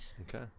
Okay